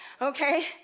okay